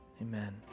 Amen